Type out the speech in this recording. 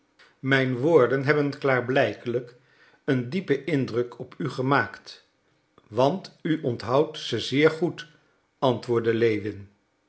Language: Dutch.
mijn woorden hebben klaarblijkelijk een diepen indruk op u gemaakt want u onthoudt ze zeer goed antwoordde lewin